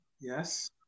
yes